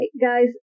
guys